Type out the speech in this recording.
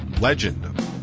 legend